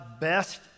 best